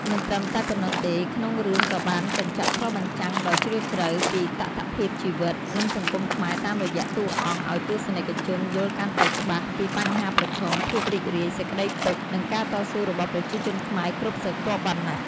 មិនត្រឹមតែប៉ុណ្ណោះទេ ក្នុងរឿងក៏បានកញ្ចក់ឆ្លុះបញ្ចាំងដ៏ជ្រាលជ្រៅពីតថភាពជីវិត និងសង្គមខ្មែរតាមរយះតួរអង្គអោយទស្សនិកជនយល់កាន់តែច្បាស់ពីបញ្ហាប្រឈម ភាពរីករាយ សេចក្តីទុក្ខ និងការតស៊ូរបស់ប្រជាជនខ្មែរគ្រប់ស្រទាប់វណ្ណៈ។